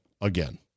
again